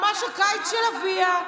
ממש "הקיץ של אביה".